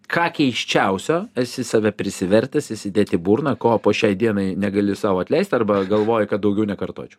ką keisčiausio esi save prisivertęs įsidėti į burną ko po šiai dienai negali sau atleist arba galvoji kad daugiau nekartočiau